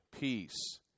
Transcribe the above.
peace